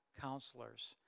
counselors